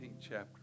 chapter